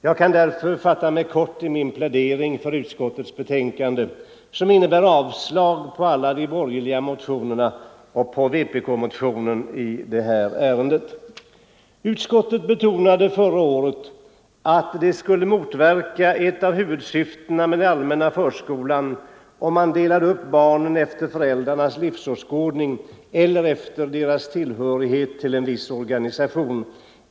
Jag kan därför Onsdagen den fatta mig kort i min plädering för utskottets betänkande, vari det yrkas 27 november 1974 avslag på alla de borgerliga motionerna och på vpk-motionen i det här ärendet. Förskolan m.m. Utskottet betonade förra året att det skulle motverka ett av huvudsyftena med den allmänna förskolan om man delade upp barnen efter föräldrarnas livsåskådning eller efter deras tillhörighet till viss organisation.